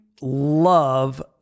love